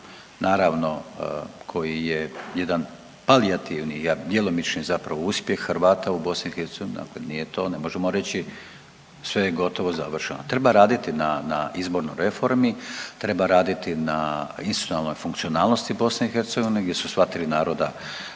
naravno koji je jedan palijativni, djelomični zapravo uspjeh Hrvata u BiH, dakle nije to, ne možemo reći sve je gotovo i završeno, treba raditi na, na izbornoj reformi, treba raditi na institucionalnoj funkcionalnosti BiH gdje su sva tri naroda